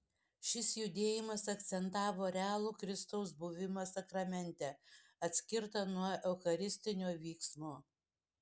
šis judėjimas akcentavo realų kristaus buvimą sakramente atskirtą nuo eucharistinio vyksmo